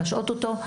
להשעות אותו,